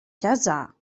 ķezā